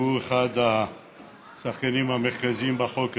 כץ, שהוא אחד השחקנים המרכזיים בחוק הזה,